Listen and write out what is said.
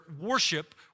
worship